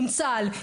עם צה"ל,